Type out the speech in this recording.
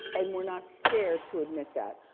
and we're not scared to admit that.